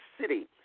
city